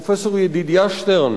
פרופסור ידידיה שטרן.